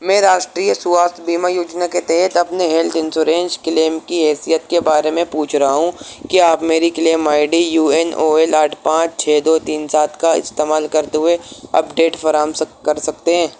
میں راسٹریہ سواستھ بیمہ یوجنا کے تحت اپنے ہیلتھ انسورنش کلیم کی حیثیت کے بارے میں پوچھ رہا ہوں کیا آپ میری claim I D U N O L آٹھ پانچ چھ دو تین سات کا استعمال کرتے ہوئے اپڈیٹ فراہم کر سکتے ہیں